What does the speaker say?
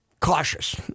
Cautious